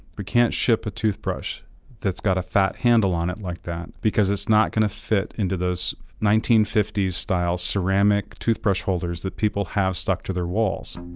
we can't ship a toothbrush that's got a fat handle on it like that because it's not going to fit into those nineteen fifty s style ceramic toothbrush holders that people have stuck to their walls.